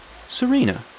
Serena